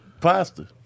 pasta